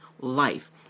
life